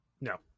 No